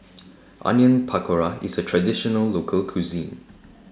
Onion Pakora IS A Traditional Local Cuisine